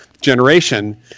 generation